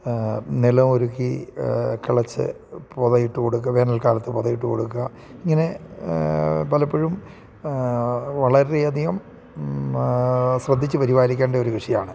നിലം ഒരുക്കി കിളച്ച് പൊതയിട്ട് കൊടുക്കുക വേനൽക്കാലത്ത് പൊതയിട്ട് കൊടുക്കുക ഇങ്ങനെ പലപ്പോഴും വളരെ അധികം ശ്രദ്ധിച്ച് പരിപാലിക്കേണ്ട ഒരു വിഷയം ആണ്